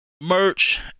Merch